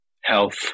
health